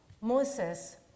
Moses